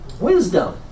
Wisdom